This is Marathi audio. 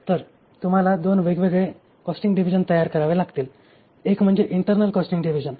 तर तुम्हाला दोन वेगवेगळे कॉस्टिंग डिव्हिजन तयार करावे लागतील एक म्हणजे इंटर्नल कॉस्टिंग डिव्हिजन